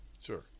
Sure